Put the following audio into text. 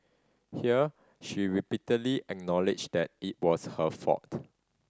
here she repeatedly acknowledged that it was her fault